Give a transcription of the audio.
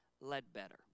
Ledbetter